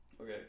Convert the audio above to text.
okay